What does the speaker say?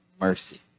mercy